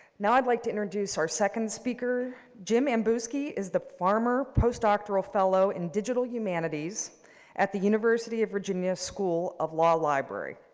now i'd like to introduce our second speaker. jim ambuske is the former post-doctoral fellow in digital humanities at the university of virginia, school of law library.